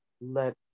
Let